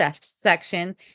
section